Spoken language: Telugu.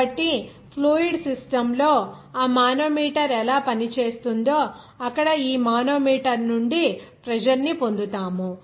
కాబట్టి ఫ్లూయిడ్ సిస్టమ్ లో ఆ మానోమీటర్ ఎలా పని చేస్తుందో అక్కడ ఈ మానోమీటర్ నుండి ప్రెజర్ ని పొందుతాము